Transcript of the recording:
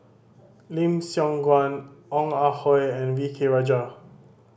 Lim Siong Guan Ong Ah Hoi and V K Rajah